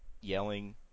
yelling